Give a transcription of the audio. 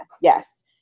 Yes